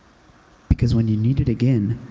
because when you need it again,